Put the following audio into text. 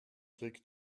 trick